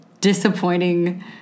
disappointing